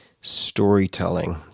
storytelling